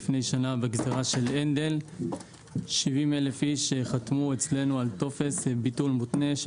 לפני שנה בגזרה של הנדל 70 אלף איש חתמו אצלנו על טופס ביטול מותנה.